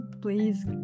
please